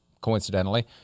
coincidentally